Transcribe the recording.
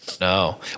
No